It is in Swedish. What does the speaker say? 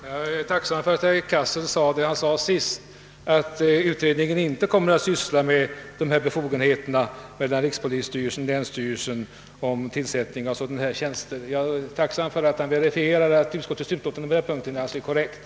Herr talman! Jag är tacksam för att herr Cassel sade att utredningen inte kommer att syssla med fördelningen mellan rikspolisstyrelsen och länsstyrelsen av befogenheterna att tillsätta sådana här tjänster. Jag är tacksam för att han sålunda verifierade att utskottets utlåtande på den punkten är korrekt.